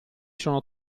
sono